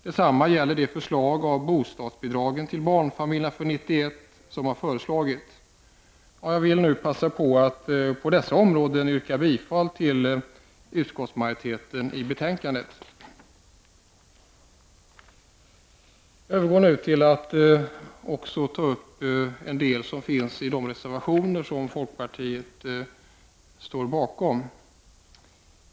Detsamma gäller förslaget om bostadsbidrag till barnfamiljerna för 1991. Jag vill nu passa på att yrka bifall till utskottsmajoritetens hemställan i betänkandet. Jag går nu över till att kommentera de reservationer som folkpartiet står bakom.